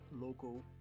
local